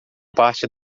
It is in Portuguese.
parte